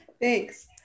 Thanks